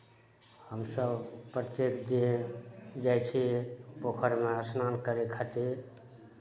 हमसभ प्रत्येक दिन जाइ छियै पोखरिमे स्नान करय खातिर